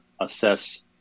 assess